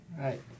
right